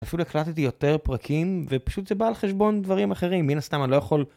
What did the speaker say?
אפילו הקלטתי יותר פרקים, ופשוט זה בא על חשבון דברים אחרים, מן הסתם, אני לא יכול...